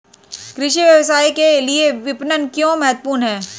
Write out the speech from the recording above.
कृषि व्यवसाय के लिए विपणन क्यों महत्वपूर्ण है?